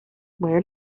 where